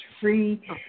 free